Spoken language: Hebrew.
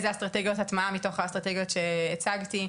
אילו אסטרטגיות הטמעה מתוך האסטרטגיות שהצגתי,